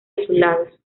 azulados